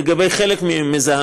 לגבי חלק מהמזהמים,